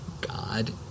God